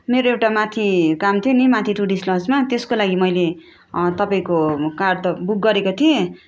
मेरो एउटा माथि काम थियो नि माथि टुरिस्ट लजमा त्यसको लागि मैले तपाईँको कार त बुक गरेको थिएँ